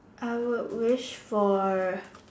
I I would wish for